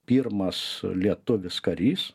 pirmas lietuvis karys